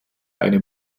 eine